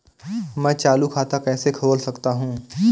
मैं चालू खाता कैसे खोल सकता हूँ?